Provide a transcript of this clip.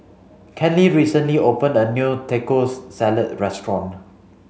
Kenley recently opened a new Taco Salad restaurant